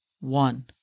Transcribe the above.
one